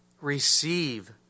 receive